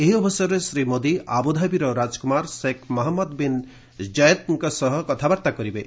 ଏହି ଅବସରରେ ଶ୍ରୀ ମୋଦି ଆବୁଧାବିର ରାଜକୁମାର ସେଖ ମହମ୍ମଦ ବିନ୍ ଜଏଦଙ୍କ ସହ କଥାବାର୍ତ୍ତା କରିବେ